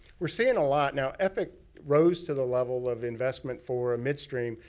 we're saying a lot. now, epic rose to the level of investment for midstream.